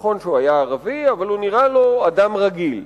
נכון שהוא היה ערבי, אבל הוא נראה לו אדם רגיל".